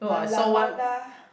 mala mala